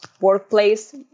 workplace